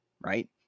right